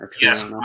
Yes